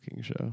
show